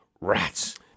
Rats